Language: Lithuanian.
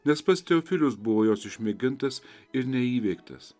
nes pats teofilius buvo jos išmėgintas ir neįveiktas